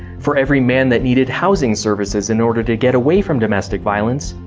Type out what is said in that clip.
for every man that needed housing services in order to get away from domestic violence,